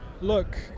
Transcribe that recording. Look